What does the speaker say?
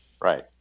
Right